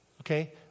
Okay